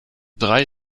drei